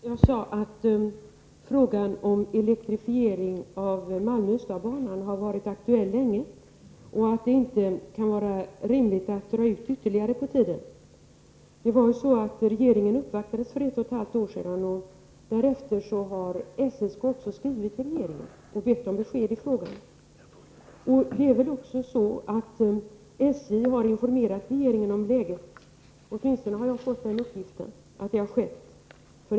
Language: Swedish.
Herr talman! Jag sade att frågan om elektrifiering av Malmö-Ystad-banan har varit aktuell länge och att det inte kan vara rimligt att ytterligare dra ut på tiden. Regeringen uppvaktades för ett och ett halvt år sedan, och därefter har SSK skrivit till regeringen och bett om besked i frågan. Det är väl också så att SJ för inte så länge sedan har informerat regeringen om läget — jag har fått den uppgiften.